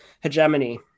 hegemony